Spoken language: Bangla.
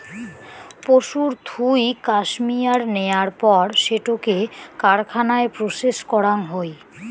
পশুর থুই কাশ্মেয়ার নেয়ার পর সেটোকে কারখানায় প্রসেস করাং হই